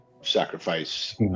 sacrifice